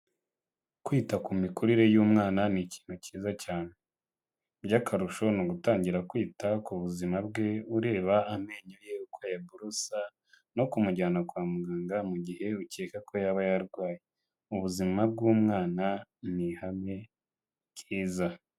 Kwita ku mikurire y'umwana ni ikintu cyiza cyane, by'akarusho ni ugutangira kwita ku buzima bwe ureba amenyo ye iko ayaborosa no kumujyana kwa muganga mu gihe ukeka ko yaba yarwaye, ubuzima bw'umwana ni ihame ryiza.